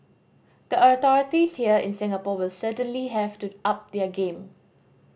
the authorities here in Singapore will certainly have to up their game